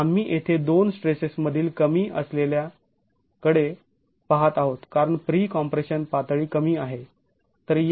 तर आम्ही येथे दोन स्ट्रेसेसमधील कमी असलेल्याकडे पाहत आहोत कारण प्री कॉम्प्रेशन पातळी कमी आहे